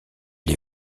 les